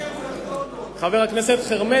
חבר הכנסת חרמש,